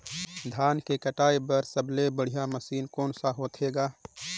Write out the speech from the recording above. धान के कटाई बर सबले बढ़िया मशीन कोन सा होथे ग?